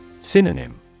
Synonym